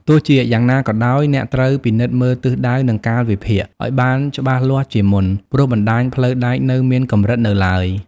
ទោះជាយ៉ាងណាក៏ដោយ អ្នកត្រូវ ពិនិត្យមើលទិសដៅ និងកាលវិភាគ ឲ្យបានច្បាស់លាស់ជាមុន ព្រោះបណ្ដាញផ្លូវដែកនៅមានកម្រិតនៅឡើយ។